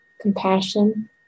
compassion